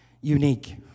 unique